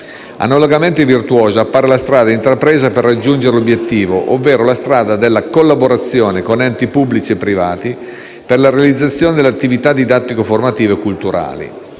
Analogamente virtuosa appare la strada intrapresa per raggiungere l'obiettivo, ovvero la strada della «collaborazione con enti pubblici e privati» per la realizzazione delle «attività didattico-formative e culturali».